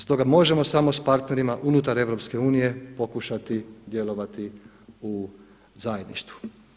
Stoga možemo samo s partnerima unutar EU pokušati djelovati u zajedništvu.